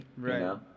Right